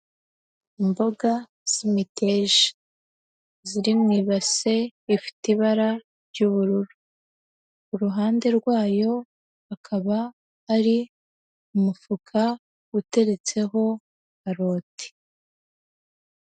Imboga z'imiteja ziri mu ibase ifite ibara ry'ubururu, uruhande rwayo hakaba ari umufuka uteretseho karoti.